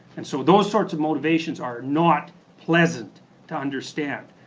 and so those sort of motivations are not pleasant to understand.